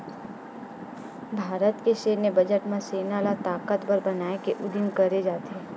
भारत के सैन्य बजट म सेना ल ताकतबर बनाए के उदिम करे जाथे